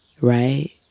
right